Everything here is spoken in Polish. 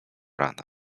rana